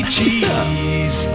Cheese